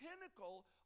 pinnacle